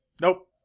nope